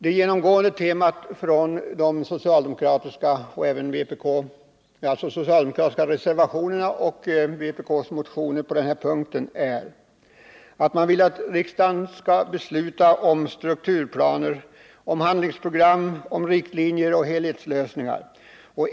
Det genomgående temat i de socialdemokratiska reservationerna och i vpk:s motioner på den här punkten är en önskan att riksdagen beslutar om strukturplaner, handlingsprogram. riktlinjer och helhetslösningar.